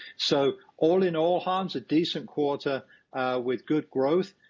so all in all, hans, a decent quarter with good growth.